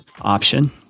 option